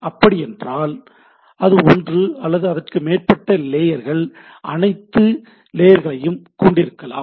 அப்படி என்றால் இது ஒன்று அல்லது அதற்கு மேற்பட்ட லேயர்கள் அல்லது அனைத்து லேயர்களையும் கொண்டிருக்கலாம்